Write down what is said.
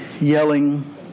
yelling